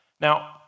Now